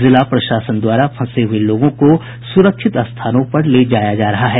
जिला प्रशासन द्वारा फंसे हुये लोगों को सुरक्षित स्थानों पर ले जाया जा रहा है